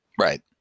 Right